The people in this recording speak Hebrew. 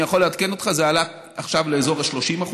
19%. אני יכול לעדכן אותך: זה עלה עכשיו לאזור ה-30%.